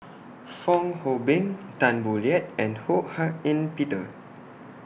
Fong Hoe Beng Tan Boo Liat and Ho Hak Ean Peter